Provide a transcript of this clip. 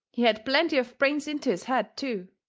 he had plenty of brains into his head, too